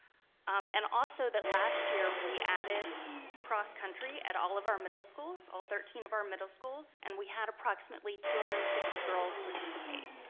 um and also that last year, we added cross country at all of our middle schools, all thirteen of our middle schools, and we had approximately two hundred and fifty girls participate,